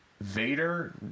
Vader